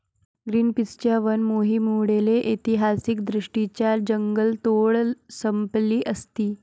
ग्रीनपीसच्या वन मोहिमेमुळे ऐतिहासिकदृष्ट्या जंगलतोड संपली असती